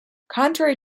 contrary